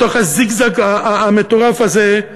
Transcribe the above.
בתוך הזיגזג המטורף הזה,